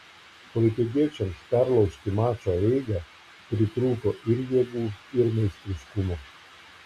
klaipėdiečiams perlaužti mačo eigą pritrūko ir jėgų ir meistriškumo